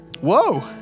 Whoa